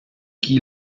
chi